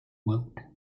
vote